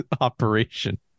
operation